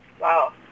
Wow